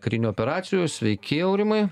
karinių operacijų sveiki aurimai